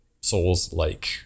Souls-like